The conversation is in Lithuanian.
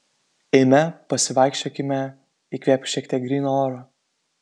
eime pasivaikščiokime įkvėpk šiek tiek gryno oro